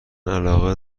علاقه